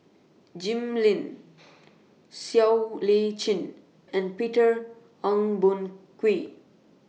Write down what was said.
Jim Lim Siow Lee Chin and Peter Ong Boon Kwee